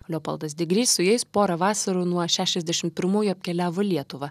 leopoldas digrys su jais pora vasarų nuo šešiasdešim pirmųjų apkeliavo lietuvą